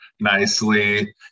nicely